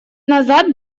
назад